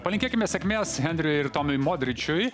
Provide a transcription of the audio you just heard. palinkėkime sėkmės henriui ir tomui modričiui